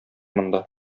монда